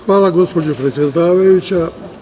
Hvala, gospođo predsedavajuća.